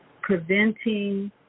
preventing